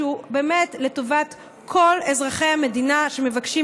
שהוא באמת לטובת כל אזרחי המדינה שמבקשים